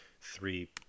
three